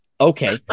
okay